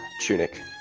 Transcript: tunic